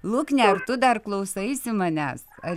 lukne ar tu dar klausaisi manęs ar